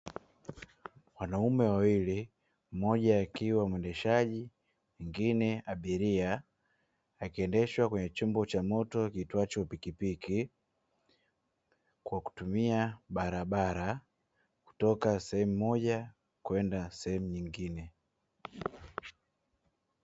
Wanaume wawili, mmoja akiwa muendeshaji mwingine abiria. Akiendeshwa kwenye chombo cha moto kiitwacho pikipiki kwa kutumia barabara, kutoka sehemu moja kwenda nyingine.